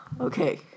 okay